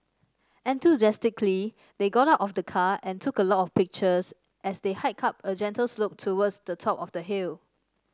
enthusiastically they got out of the car and took a lot of pictures as they hiked up a gentle slope towards the top of the hill